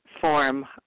form